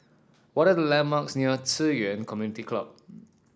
what are the landmarks near Ci Yuan Community Club